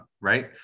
right